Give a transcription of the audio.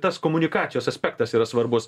tas komunikacijos aspektas yra svarbus